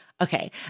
Okay